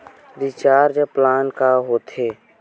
Recharge plan का होथे?